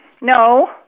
No